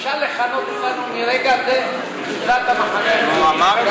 אפשר לכנות אותנו מרגע זה "קבוצת המחנה הציוני".